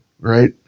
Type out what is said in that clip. right